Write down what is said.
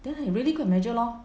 then I really got measure lor